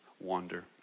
wander